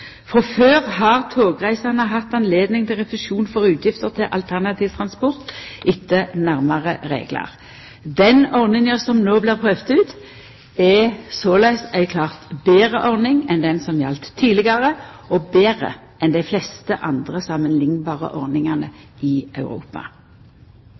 Frå før har togreisande hatt høve til refusjon for utgifter til alternativ transport etter nærare reglar. Den ordninga som no blir prøvd ut, er såleis ei klart betre ordning enn den som galdt tidlegare – og betre enn dei fleste andre samanliknbare ordningane